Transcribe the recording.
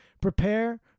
prepare